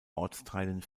ortsteilen